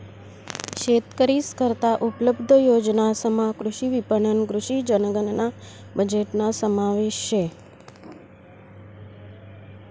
शेतकरीस करता उपलब्ध योजनासमा कृषी विपणन, कृषी जनगणना बजेटना समावेश शे